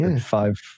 five